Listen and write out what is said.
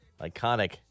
iconic